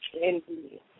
Indeed